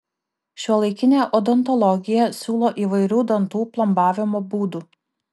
šiuolaikinė odontologija siūlo įvairių dantų plombavimo būdų